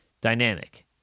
dynamic